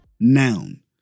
noun